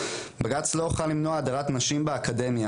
בג"צ לא יוכל למנוע הדרת נשים באקדמיה,